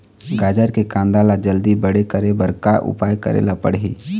गाजर के कांदा ला जल्दी बड़े करे बर का उपाय करेला पढ़िही?